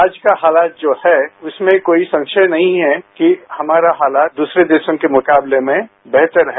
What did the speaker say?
आज का हालात जो है उसमें कोई संशय नहीं है कि हमारी हालात दूसरे देशों के मुकाबले में बेहतर है